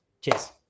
Cheers